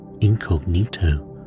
incognito